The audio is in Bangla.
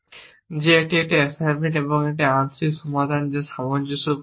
যে একটি অ্যাসাইনমেন্ট যা একটি আংশিক সমাধান যা সামঞ্জস্যপূর্ণ নয়